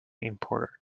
importer